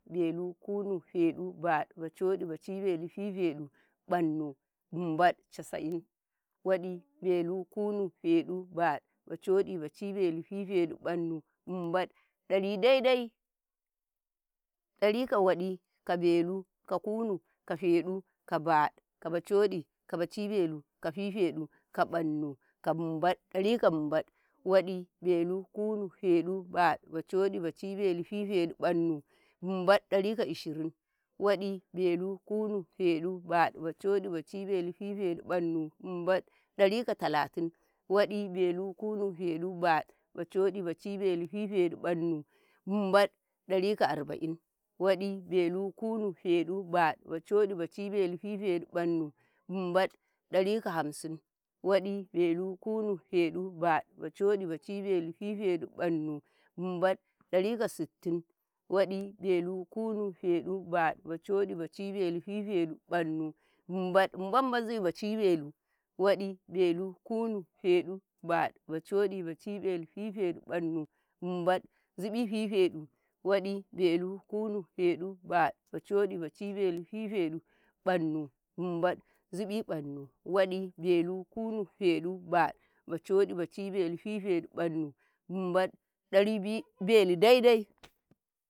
﻿Belu, kunnu, feɗu, baɗu, bacoɗi bacibelu, fifeɗu, mbannu, Nnbad casa'in waɗi, belu, kunnu, feɗu, baɗu, bacodi, bacibelu, fifeɗu, mbannu, Nnbad dari dai-dai dari ka waɗi, ka belu, ka kunnu, ka feɗu, ka baɗu, ka bacoɗi, ka baci belu, ka fifedu, ka mbannu, ka Nnbad, kari ka nbad waɗi, ka belu, ka kunnu, ka feɗu, ka baɗu, ka bacoɗi, ka bacibelu, ka fifedu, ka mbannu, ka Nnbaddari ka arba'in waɗi, ka belu, ka kunnu, ka feɗu, ka baɗu, ka bacoɗi, ka baci belu, ka fifedu, ka mbannu, ka Nnbad dari ka ishirin waɗi, ka belu, ka kunnu, ka feɗu, ka baɗu, ka bacoɗi, ka bacibelu, ka fifedu, ka mbannu, ka Nnbad, Nnbad-Nnbad dai ka talatin. Wadi, belu, kunnu, fedu, badu, bacodi, bacibelu fifedu, mbannu.nnbad darika hamsin, wadi, belu, kunu, fedubadu, bacodi bacebelu fifedu, mbannu, nnbad, dari ka sittin. Wadi, belu, kunu, fedu, bacibelu, fifedu mbannu, nnbad, -nnbad yi zuyi bacibelu waɗi, belu, kunnu, feɗu, baɗu, bacoɗi, bacibelu, fifedu, mbannu, Nnbad zubi mbannu, waɗi, belu, kunnu, feɗu baɗu, bacoɗi, bacibelu, fifedu, mbannu, Nnbad, dari belu dai-dai.